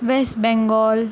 ویس بینٛگال